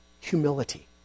humility